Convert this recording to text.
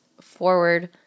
forward